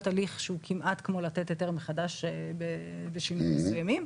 הליך שהוא כמעט כמו לתת היתר מחדש בשינויים מסוימים,